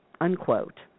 unquote